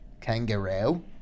Kangaroo